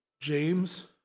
James